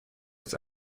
its